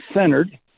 centered